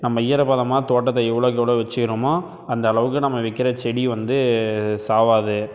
நம்ம ஈரப்பதமாக தோட்டத்தை எவ்வளோக்கு எவ்வளோ வெச்சுகிறோமோ அந்த அளவுக்கு நம்ம வைக்கிற செடி வந்து சாகாது